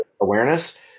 awareness